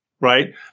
right